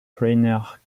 trainer